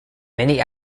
many